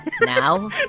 Now